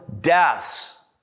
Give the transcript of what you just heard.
deaths